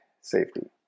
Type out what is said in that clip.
safety